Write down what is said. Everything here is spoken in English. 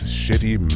shitty